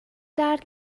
درد